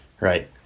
right